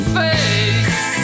face